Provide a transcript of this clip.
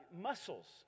Muscles